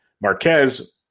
Marquez